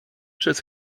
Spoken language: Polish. przez